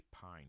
pine